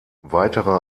weitere